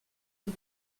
que